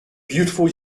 beautiful